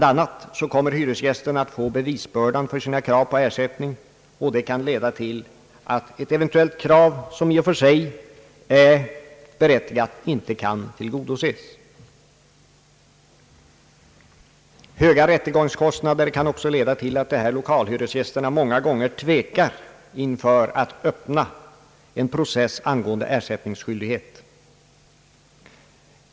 a. kommer hyresgästen att få bevisbördan för sina krav på ersättning, och det kan leda till att ett eventuellt krav som i och för sig är berättigat inte kan tillgodoses. Höga rättegångskostnader kan också leda till att dessa lokalhyresgäster många gånger tvekar att öppna en process angående ersättningsskyldighet.